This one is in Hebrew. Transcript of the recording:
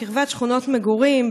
בקרבת שכונות מגורים,